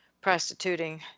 prostituting